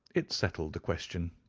it settled the question.